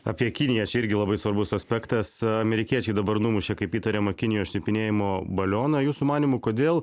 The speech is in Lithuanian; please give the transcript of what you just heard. apie kiniją čia irgi labai svarbus aspektas amerikiečiai dabar numušė kaip įtariama kinijos šnipinėjimo balioną jūsų manymu kodėl